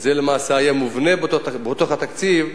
וזה למעשה היה מובנה בתוך התקציב,